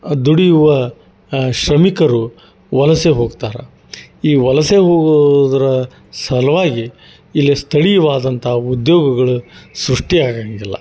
ದುಡಿಯುವ ಶ್ರಮಿಕರು ವಲಸೆ ಹೋಗ್ತಾರೆ ಈ ವಲಸೆ ಹೋಗುದರ ಸಲುವಾಗಿ ಇಲ್ಲಿ ಸ್ಥಳೀಯವಾದಂಥ ಉದ್ಯೋಗಗಳು ಸೃಷ್ಟಿ ಆಗಂಗಿಲ್ಲ